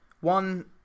One